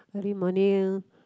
every morning